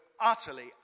utterly